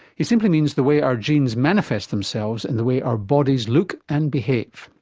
he simply means the way our genes manifest themselves in the way our bodies look and behave.